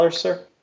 sir